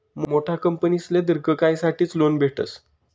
मोठा कंपनीसले दिर्घ कायसाठेच लोन भेटस